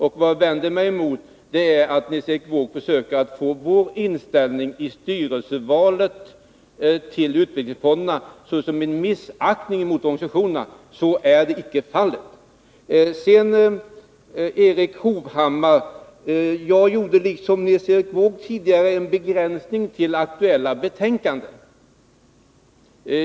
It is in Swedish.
Det jag vänder mig emot är att Nils Erik Wååg försöker att få vår inställning när det gäller styrelsevalet till utvecklingsfonderna att se ut som en missaktning mot organisationerna. Så är icke fallet. Till Erik Hovhammar: jag gjorde liksom Nils Erik Wååg tidigare en begränsning till det aktuella betänkandet.